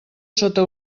sota